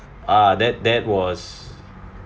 uh that that was